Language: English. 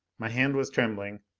my hand was trembling.